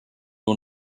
nur